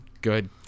Good